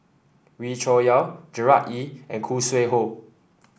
Wee Cho Yaw Gerard Ee and Khoo Sui Hoe